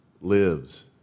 lives